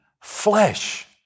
flesh